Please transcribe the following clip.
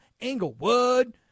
Englewood